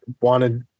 wanted